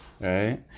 right